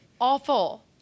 awful